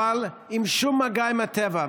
אבל עם שום מגע עם הטבע,